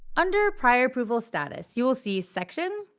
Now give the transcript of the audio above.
under prior approval status, you will see section,